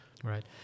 Right